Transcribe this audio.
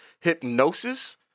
hypnosis